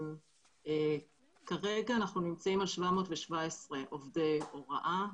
כרגע אנחנו נמצאים על 717 עובדי הוראה,